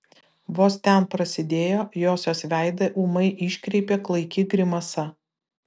vos ten prasidėjo josios veidą ūmai iškreipė klaiki grimasa